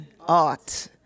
art